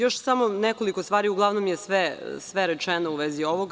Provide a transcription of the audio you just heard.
Još samo nekoliko stvari, uglavnom je sve rečeno u vezi ovoga.